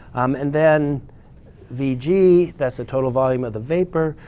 and then the g, that's the total volume of the vapor,